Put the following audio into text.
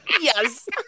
Yes